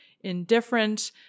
indifferent